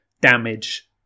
damage